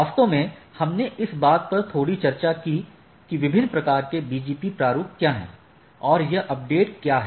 वास्तव में हमने इस बात पर थोड़ी चर्चा की कि विभिन्न प्रकार के BGP प्रारूप क्या हैं और यह अपडेट क्या है